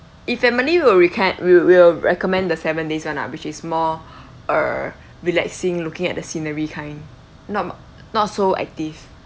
if family will recom~ we will recommend the seven days one ah which is more err relaxing looking at the scenery kind not not so active